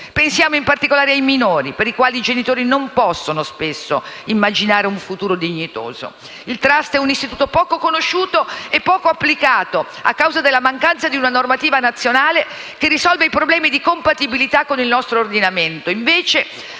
Pensiamo, in particolare ai minori, per i quali i genitori spesso non possono immaginare un futuro dignitoso. Il *trust* è un istituto poco conosciuto e poco applicato a causa della mancanza di una normativa nazionale che risolva i problemi di compatibilità con il nostro ordinamento;